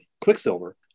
quicksilver